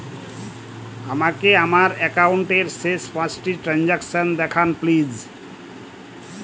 আমাকে আমার একাউন্টের শেষ পাঁচটি ট্রানজ্যাকসন দেখান প্লিজ